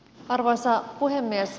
arvoisa puhemies